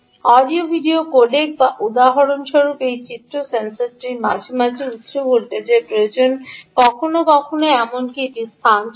audio video codec বা উদাহরণস্বরূপ একটি চিত্র সেন্সরটির মাঝে মাঝে উচ্চ ভোল্টেজের প্রয়োজন কখনও কখনও এমনকি এই স্থানচ্যুতি